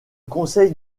conseil